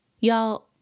Y'all